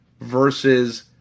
versus